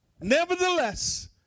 Nevertheless